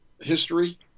History